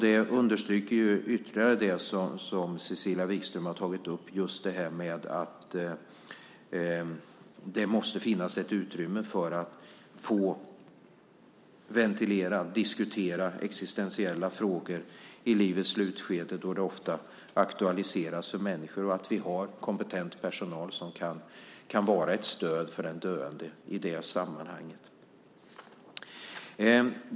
Detta understryker ytterligare det som Cecilia Wikström har tagit upp, nämligen att det måste finnas ett utrymme för att få ventilera och diskutera existentiella frågor i livets slutskede då det ofta aktualiseras för människor och att vi har kompetent personal som i det sammanhanget kan vara ett stöd för den döende.